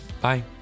Bye